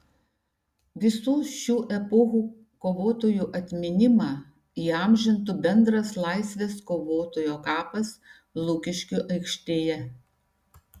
visų šių epochų kovotojų atminimą įamžintų bendras laisvės kovotojo kapas lukiškių aikštėje